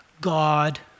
God